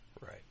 Right